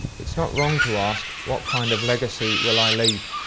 it is not wrong to ask what kind of legacy will i leave.